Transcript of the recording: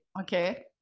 Okay